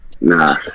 nah